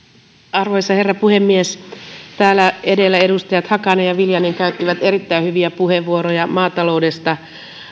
arvoisa herra puhemies täällä edellä edustajat hakanen ja viljanen käyttivät erittäin hyviä puheenvuoroja maataloudesta